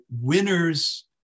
Winners